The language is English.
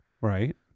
Right